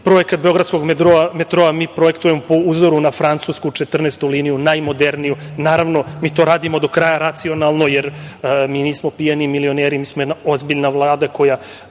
Projekat beogradskog metroa mi projektujemo po uzoru na francusku 14 liniju, najmoderniju. Naravno, mi to radimo do kraja racionalno, jer mi nismo pijani milioneri, mi smo jedna ozbiljna Vlada koja